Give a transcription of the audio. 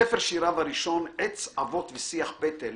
ספר שיריו הראשון "עץ עבות ושיח פטל"